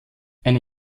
eine